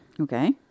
Okay